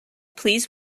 please